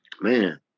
man